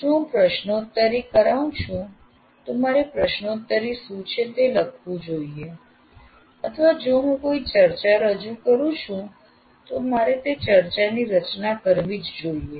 જો હું પ્રશ્નોત્તરી કરાઉં છું તો મારે પ્રશ્નોત્તરી શું છે તે લખવું જોઈએ અથવા જો હું કોઈ ચર્ચા રજૂ કરું છું તો મારે તે ચર્ચાની રચના કરવી જ જોઇએ